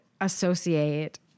associate